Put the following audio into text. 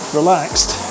relaxed